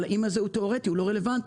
האם הזה הוא תיאורטי, הוא לא רלוונטי,